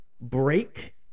break